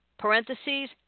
Parentheses